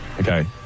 Okay